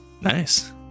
nice